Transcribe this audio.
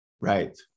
right